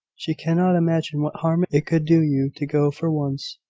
she cannot imagine what harm it could do you to go for once.